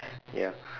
ya